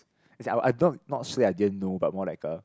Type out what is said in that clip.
as in I don't not not say I didn't know but more like a